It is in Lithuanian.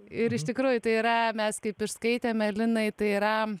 ir iš tikrųjų tai yra mes kaip išskaitėme linai tai yra